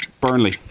Burnley